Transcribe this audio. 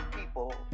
people